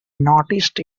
noticed